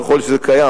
ככל שזה קיים.